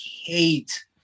hate